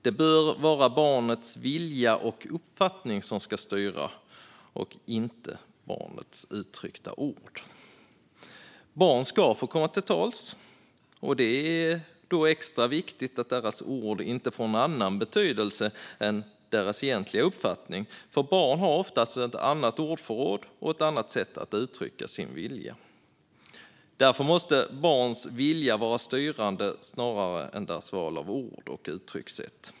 Det bör vara barnets vilja och uppfattning som ska styra, och inte barnets uttryckta ord. Barn ska få komma till tals. Det är då extra viktigt att deras ord inte får en annan betydelse än deras egentliga uppfattning. För barn har oftast ett annat ordförråd och ett annat sätt att uttrycka sin vilja. Därför måste barns vilja vara styrande snarare än deras val av ord och uttryckssätt.